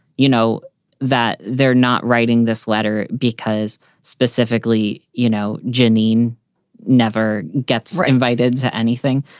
you know that they're not writing this letter because specifically, you know, geneen never gets invited to anything.